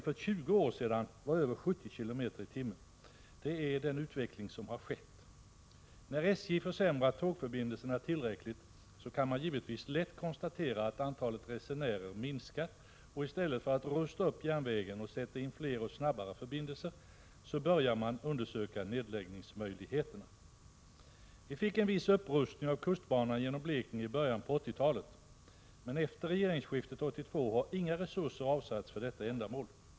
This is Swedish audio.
För 20 år sedan var hastigheten över 70 km/tim. Det är den utveckling som har skett. När SJ försämrat tågförbindelserna tillräckligt kan man givetvis lätt konstatera att antalet resenärer har minskat, och att i stället för att rusta upp järnvägen och sätta in flera och snabbare förbindelser börjar man undersöka nedläggningsmöjligheterna. Vi fick en viss upprustning av kustbanan genom Blekinge i början av 1980-talet, men efter regeringsskiftet 1982 har inga resurser avsatts för detta ändamål.